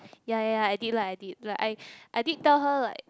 yea yea yea I did lah I did like I I did tell her like